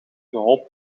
geholpen